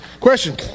Question